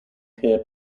care